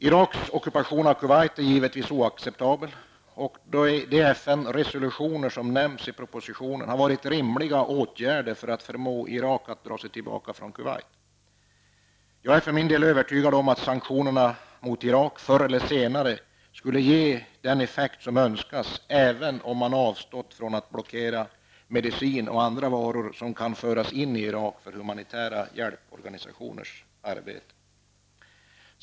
Iraks ockupation av Kuwait är givetvis oacceptabel, och de FN-resolutioner som nämns i propositionen har varit rimliga åtgärder för att förmå Irak att dra sig tillbaka från Kuwait. Jag är för min del övertygad om att sanktionerna mot Irak förr eller senare skulle ge den effekt som önskas även om man avstått från att blockera medicin och andra varor som kan föras in i Irak för humanitära hjälporganisationers arbete.